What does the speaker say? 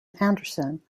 andersen